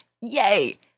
Yay